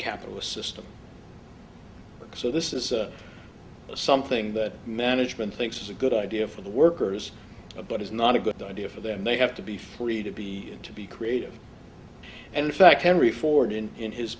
capitalist system so this is something that management thinks is a good idea for the workers but is not a good idea for them they have to be free to be to be creative and in fact henry ford in in his